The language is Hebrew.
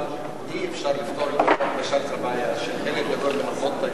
אי-אפשר לפתור את הבעיה של חלק גדול, נו,